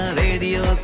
radio